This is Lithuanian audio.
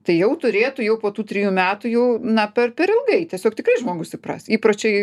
tai jau turėtų jau po tų trijų metų jau na per per ilgai tiesiog tikrai žmogus įpras įpročiai